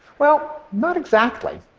well, not exactly.